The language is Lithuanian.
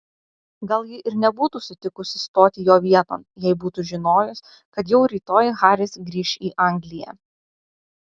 gal ji ir nebūtų sutikusi stoti jo vieton jei būtų žinojusi kad jau rytoj haris grįš į angliją